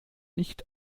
nicht